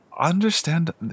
understand